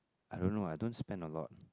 I don't know I don't spend a lot